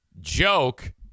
joke